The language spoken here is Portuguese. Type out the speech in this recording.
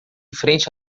frente